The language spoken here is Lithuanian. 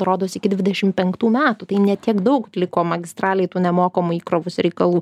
rodo iki dvidešim penktų metų tai ne tiek daug liko magistralėj tų nemokamų įkrovos reikalų